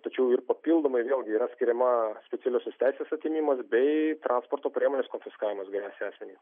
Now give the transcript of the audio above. tačiau ir papildomai vėlgi yra skiriama specialiosios teisės atėmimas bei transporto priemonės konfiskavimas gresia asmeniui